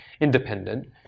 independent